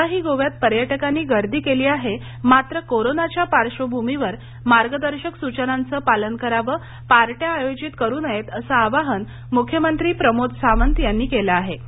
यंदाही गोव्यात पर्यटकांनी गर्दी केली आहे मात्र कोरोनाच्या पार्श्वभूमीवर मार्गदर्शक सूचनांचे पालन करावं पार्ट्या आयोजित करू नयेत असं आवाहन मुख्यमंत्री प्रमोद सावंत यांनी केलं आहे